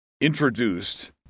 introduced